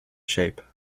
shape